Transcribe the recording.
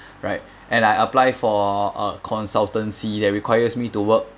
right and I apply for a consultancy that requires me to work